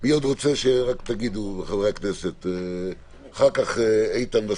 אבל זה